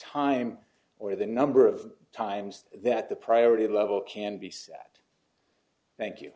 time or the number of times that the priority level can be set thank you